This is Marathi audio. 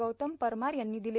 गौतम परमार यांनी दिले